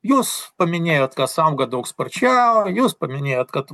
jūs paminėjot kas auga daug sparčiau jūs paminėjot kad